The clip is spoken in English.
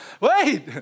Wait